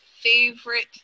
favorite